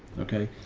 okay.